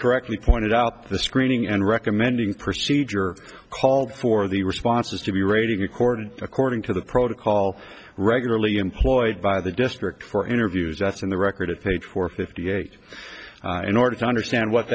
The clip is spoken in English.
correctly pointed out the screening and recommending procedure called for the responses to be rating according according to the protocol regularly employed by the district for interviews that's in the record at page four fifty eight in order to understand